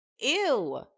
Ew